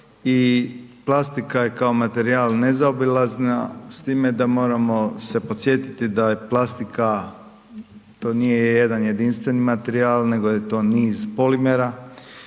i plastika je kao materijal nezaobilazna s time da moramo se podsjetiti da je plastika to nije jedan jedinstveni materijal nego je to niz polimera